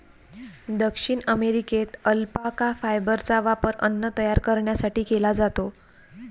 दक्षिण अमेरिकेत अल्पाका फायबरचा वापर अन्न तयार करण्यासाठी केला जातो